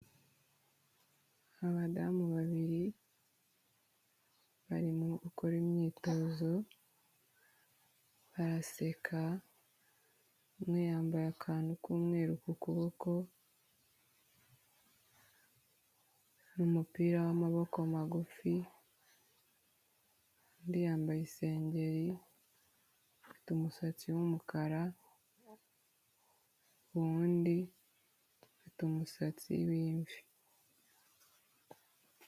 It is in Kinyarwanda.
Abadamu babiri barimo gukora imyitozo baraseka umwe yambaye akantu k'umweru k'ukuboko n'umupira w'amaboko magufi undi yambaye isengeri afite umusatsi w'umukara uwundi afite umusatsi w'imvi.